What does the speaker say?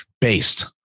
based